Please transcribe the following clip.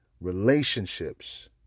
relationships